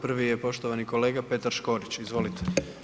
Prvi je poštovani kolega Petar Škorić, izvolite.